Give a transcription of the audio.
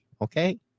okay